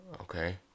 Okay